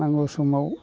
नांगौ समाव